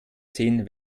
sehen